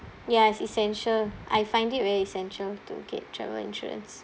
ya it's essential I find it very essential to get travel insurance